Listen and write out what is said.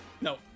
No